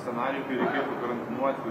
scenarijui kai reikėtų karantinuoti